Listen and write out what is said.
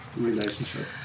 relationship